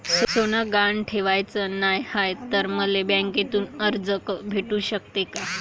सोनं गहान ठेवाच नाही हाय, त मले बँकेतून कर्ज भेटू शकते का?